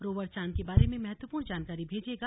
rover चांद के बारे में महत्वपूर्ण जानकारी भेजेगा